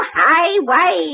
highway